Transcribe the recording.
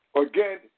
Again